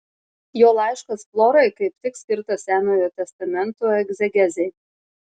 jo laiškas florai kaip tik skirtas senojo testamento egzegezei